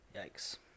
Yikes